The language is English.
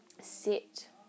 sit